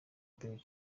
brig